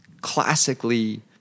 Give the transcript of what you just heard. classically